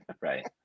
Right